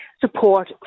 support